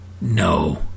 No